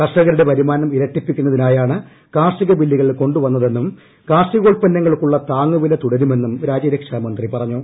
കർഷകരുടെ വരുമാനം ഇരട്ടിപ്പിക്കുന്നതിനായാണ് കാർഷിക ബില്ലുകൾ കൊണ്ടു വന്നതെന്നും കാർഷികോത്പന്നങ്ങൾക്കുള്ള താങ്ങുവില തുടരുമെന്നും രാജ്യ രക്ഷാമന്ത്രി പറഞ്ഞു